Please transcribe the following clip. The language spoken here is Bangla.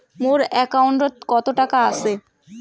মোর একাউন্টত কত টাকা আছে?